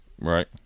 right